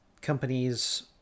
companies